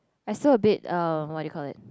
I saw a bit um what do you call it